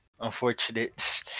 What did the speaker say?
Unfortunate